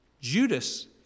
Judas